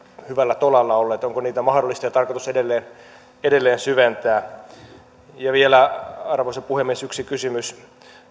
hyvällä tolalla olleet onko niitä mahdollista ja tarkoitus edelleen edelleen syventää ja vielä arvoisa puhemies yksi kysymys